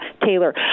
taylor